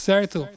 Certo